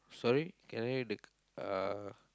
sorry cannot hear the uh